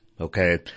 Okay